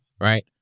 Right